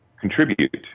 contribute